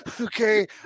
Okay